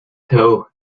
though